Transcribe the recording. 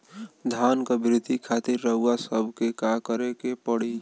धान क वृद्धि खातिर रउआ सबके का करे के पड़ी?